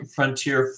Frontier